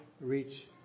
reach